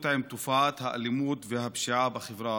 עם תופעת האלימות והפשיעה בחברה הערבית,